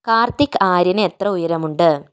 കാർത്തിക് ആര്യന് എത്ര ഉയരമുണ്ട്